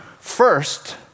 first